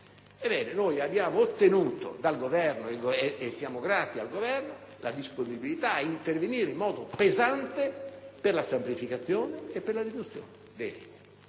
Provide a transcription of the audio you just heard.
Noi abbiamo ottenuto dal Governo - e gliene siamo grati - la disponibilità a intervenire in modo pesante per la semplificazione e la riduzione dei riti.